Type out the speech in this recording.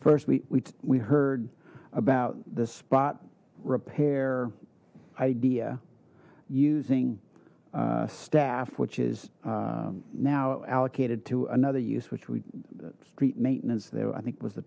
first week we heard about the spot repair idea using staff which is now allocated to another use which we street maintenance though i think was the